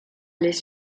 les